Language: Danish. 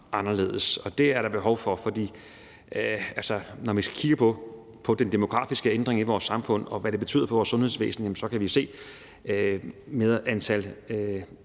anderledes. Det er der behov for, for når vi kigger på den demografiske ændring i vores samfund, og hvad det betyder for vores sundhedsvæsen, kan vi se, at